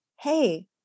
hey